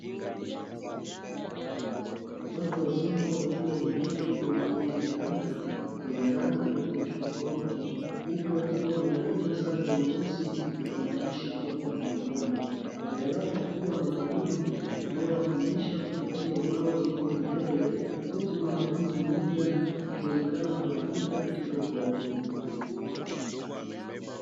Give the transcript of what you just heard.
Watu wazima wakiwa wameketi kwenye viti vya nta vyenye rangi tofautitofauti huku wakiwa wamevalia sare nyeusi zenye maandishi meupe mgongoni, mbele yao kukiwa na mwalimu anayewafundisha kupitia ubao uliopo mbele huku mwanafunzi mmoja akionekana kuandika katika ubao huo.